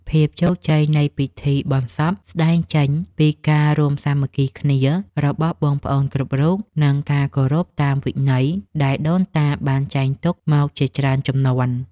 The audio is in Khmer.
ភាពជោគជ័យនៃពិធីបុណ្យសពស្តែងចេញពីការរួមសាមគ្គីគ្នារបស់បងប្អូនគ្រប់រូប និង ការគោរពតាមវិន័យដែលដូនតាបានចែងទុកមកជាច្រើនជំនាន់។